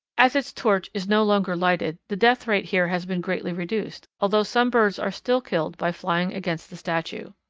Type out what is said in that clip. as its torch is no longer lighted the death-rate here has been greatly reduced, although some birds are still killed by flying against the statue.